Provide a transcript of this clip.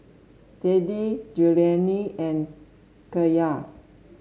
Teddy Julianne and Kyara